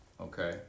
okay